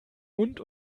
und